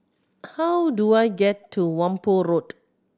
how do I get to Whampoa Road